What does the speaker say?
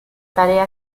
tarea